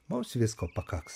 mums visko pakaks